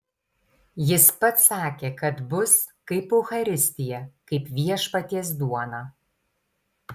jis pats sakė kad bus kaip eucharistija kaip viešpaties duona